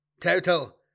Total